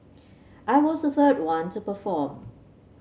I was a third one to perform